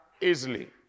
easily